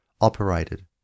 operated